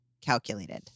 calculated